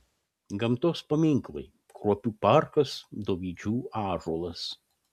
gamtos paminklai kruopių parkas dovydžių ąžuolas